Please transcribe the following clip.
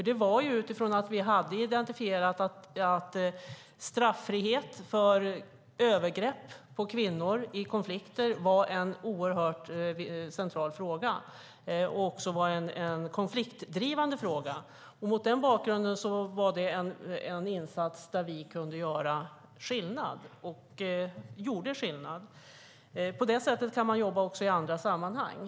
Det skedde utifrån att vi hade identifierat att straffrihet för övergrepp på kvinnor i konflikter var en oerhört central fråga och också en konfliktdrivande fråga. Mot denna bakgrund var det en insats där vi kunde göra skillnad och gjorde skillnad. På detta sätt kan man också jobba i andra sammanhang.